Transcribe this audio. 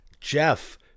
Jeff